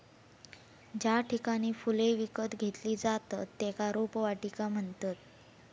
ज्या ठिकाणी फुले विकत घेतली जातत त्येका रोपवाटिका म्हणतत